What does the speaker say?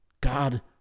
God